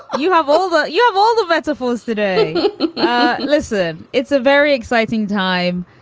you have all that. you have all the metaphors today listen, it's a very exciting time.